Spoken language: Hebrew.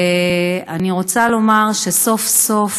אני רוצה לומר שסוף-סוף